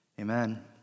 Amen